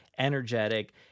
energetic